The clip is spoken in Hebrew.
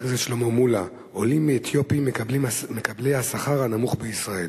של חבר הכנסת שלמה מולה: עולים אתיופים הם מקבלי השכר הנמוך בישראל.